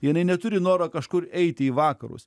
jinai neturi noro kažkur eiti į vakarus